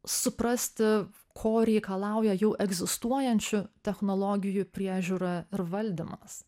suprasti ko reikalauja jau egzistuojančių technologijų priežiūra ir valdymas